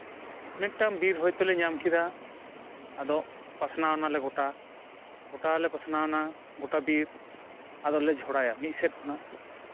ᱢᱤᱫᱴᱟᱱ ᱵᱤᱨ ᱦᱚᱭᱛᱳ ᱞᱮ ᱧᱟᱢ ᱠᱮᱫᱟ ᱟᱫᱚ ᱯᱟᱥᱱᱟᱣ ᱱᱟᱞᱮ ᱜᱚᱴᱟ ᱞᱮ ᱯᱟᱥᱱᱟᱣ ᱮᱱᱟ ᱜᱳᱴᱟ ᱵᱤᱨ ᱟᱫᱚᱞᱮ ᱡᱷᱚᱲᱟᱭᱟ ᱢᱤᱫ ᱥᱮᱫ ᱠᱷᱚᱱᱟᱜ